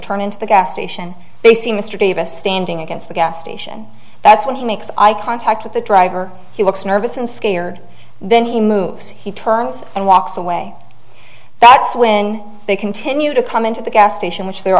turn into the gas station they see mr davis standing against the gas station that's when he makes eye contact with the driver he looks nervous and scared then he moves he turns and walks away that's when they continue to come into the gas station which the